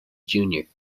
junior